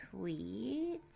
tweets